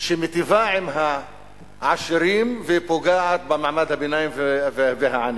שמיטיבה עם העשירים ופוגעת במעמד הביניים והעניים.